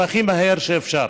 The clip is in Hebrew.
והכי מהר שאפשר.